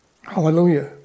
Hallelujah